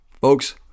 Folks